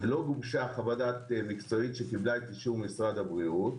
לא הוגשה חוות דעת מקצועית שקיבלה אישור משרד הבריאות,